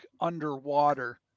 underwater